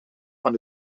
van